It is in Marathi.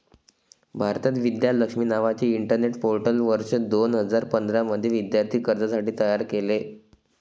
भारतात, विद्या लक्ष्मी नावाचे इंटरनेट पोर्टल वर्ष दोन हजार पंधरा मध्ये विद्यार्थी कर्जासाठी तयार केले गेले